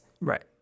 Right